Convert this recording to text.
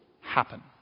happen